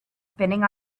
spinning